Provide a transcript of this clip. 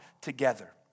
together